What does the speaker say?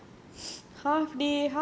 oh we can make a half day